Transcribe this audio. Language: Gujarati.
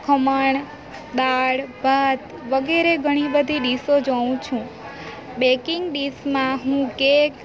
ખમણ દાળ ભાત વગેરે ઘણી બધી ડીશો જોઉં છું બેકિંગ ડીશમાં હું કેક